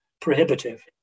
prohibitive